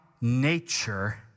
nature